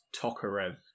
Tokarev